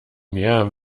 mehr